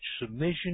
submission